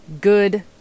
good